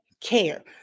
care